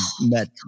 met